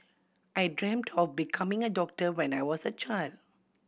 I dreamt of becoming a doctor when I was a child